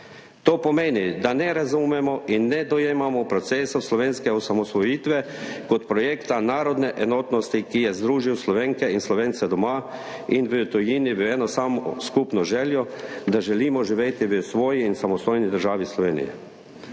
To pomeni, da ne razumemo in ne dojemamo procesov slovenske osamosvojitve kot projekta narodne enotnosti, ki je združil Slovenke in Slovence doma in v tujini v eno samo skupno željo, da želimo živeti v svoji in samostojni državi Sloveniji.